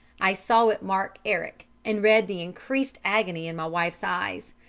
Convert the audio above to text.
i saw it mark eric, and read the increased agony in my wife's eyes.